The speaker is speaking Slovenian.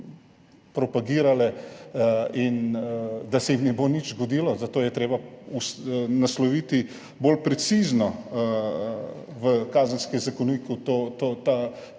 propagirale in se jim ne bo nič zgodilo. Zato je treba nasloviti bolj precizno v Kazenskem zakoniku to